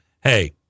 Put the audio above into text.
hey